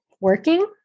working